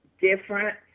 different